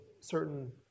certain